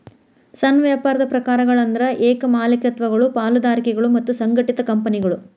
ಸಣ್ಣ ವ್ಯಾಪಾರದ ಪ್ರಕಾರಗಳಂದ್ರ ಏಕ ಮಾಲೇಕತ್ವಗಳು ಪಾಲುದಾರಿಕೆಗಳು ಮತ್ತ ಸಂಘಟಿತ ಕಂಪನಿಗಳು